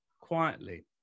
quietly